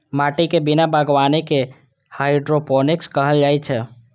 माटिक बिना बागवानी कें हाइड्रोपोनिक्स कहल जाइ छै